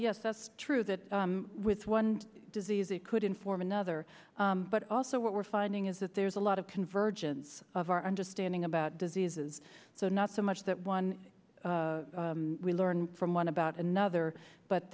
yes that's true that with one disease it could inform another but also what we're finding is that there's a lot of convergence of our understanding about diseases so not so much that one we learn from one about another but